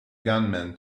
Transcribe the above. gunman